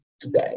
today